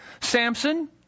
Samson